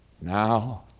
Now